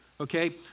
okay